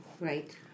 right